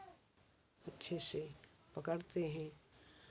अच्छे से पकड़ते हैं